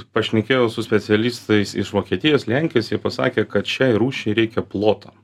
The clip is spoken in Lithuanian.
pašnekėjau su specialistais iš vokietijos lenkijos jie pasakė kad šiai rūšiai reikia ploto